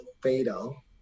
fatal